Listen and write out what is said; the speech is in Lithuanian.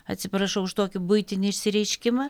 atsiprašau už tokį buitinį išsireiškimą